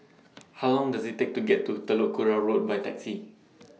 How Long Does IT Take to get to Telok Kurau Road By Taxi